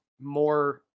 more